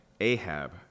Ahab